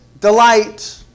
Delight